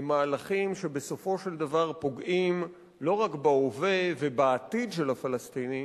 הם מהלכים שבסופו של דבר פוגעים לא רק בהווה ובעתיד של הפלסטינים,